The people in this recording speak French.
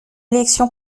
élection